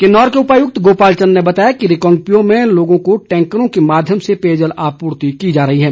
किन्नौर के उपायुक्त गोपाल चंद ने बताया कि रिकांगपिओ में लोगों को टैंकरों के माध्यम से पेयजल आपूर्ति की जा रही है